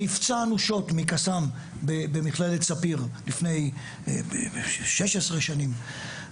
הוא נפצע אנושות מפגיעת קסאם במכללת ספיר לפני 16 שנים.